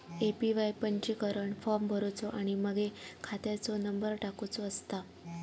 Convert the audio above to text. APY पंजीकरण form भरुचो आणि मगे खात्याचो नंबर टाकुचो असता